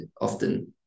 often